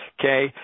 okay